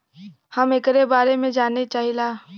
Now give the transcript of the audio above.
हम एकरे बारे मे जाने चाहीला?